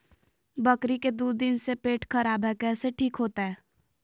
बकरी के दू दिन से पेट खराब है, कैसे ठीक होतैय?